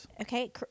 Okay